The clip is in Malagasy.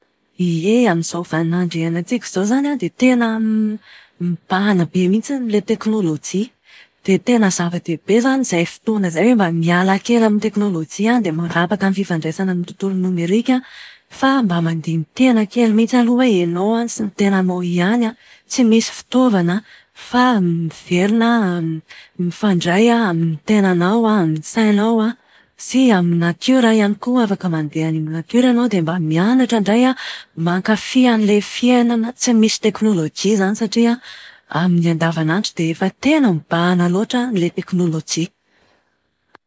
Ie, amin'izao vanin'andro iainantsika izao izany an, dia tena mibahana be mihitsy ilay teknolojia. Dia tena zava-dehibe izany izay fotoana izay hoe mba miala kely amin'ny teknolojia dia manapaka ny fifandraisana amin'ny tontolo nomerika. Fa mba mandini-tena kely mihitsy aloha hoe ianao sy ny tenanao ihany, tsy misy fitaovana fa miverina mifandray amin'ny tenanao, amin'ny sainao sy amin'ny natiora ihany koa, afaka mandeha any amin'ny natiora ianao dia mba mianatra indray mankafy an'ilay fiainana tsy misy teknolojia izany satria amin'ny andavanandro dia efa tena mibahana loatra ilay teknolojia.